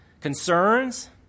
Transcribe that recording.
concerns